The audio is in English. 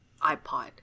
iPod